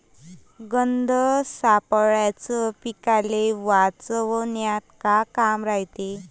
गंध सापळ्याचं पीकाले वाचवन्यात का काम रायते?